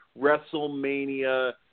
WrestleMania